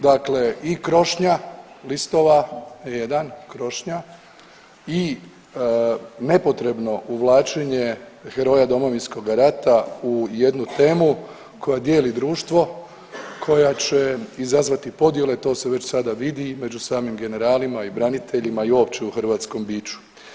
Dakle, i krošnja listova, jedan krošnja i nepotrebno uvlačenje heroja Domovinskoga rata u jednu temu koja dijeli društvo koja će izazvati podjele, to se već sada vidi među samim generalima i braniteljima i uopće u hrvatskom biću.